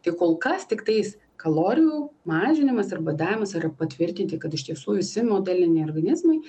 tai kol kas tiktais kalorijų mažinimas ir badavimas yra patvirtinti kad iš tiesų visi modaliniai organizmai